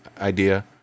idea